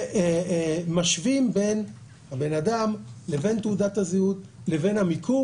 ומשווים בין האדם לבין תעודת הזהות לבין המיקום.